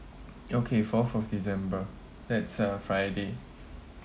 okay fourth of december that's a friday